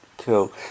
Cool